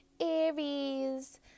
Aries